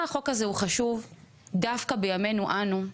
ולמה החוק הזה הוא חשוב דווקא בימינו אנו?